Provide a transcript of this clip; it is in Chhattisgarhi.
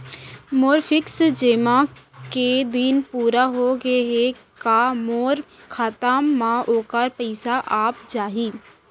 मोर फिक्स जेमा के दिन पूरा होगे हे का मोर खाता म वोखर पइसा आप जाही?